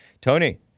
Tony